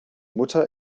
mutter